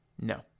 no